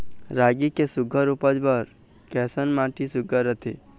रागी के सुघ्घर उपज बर कैसन माटी सुघ्घर रथे?